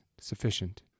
sufficient